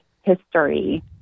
history